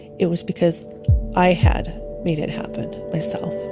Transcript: it was because i had made it happen myself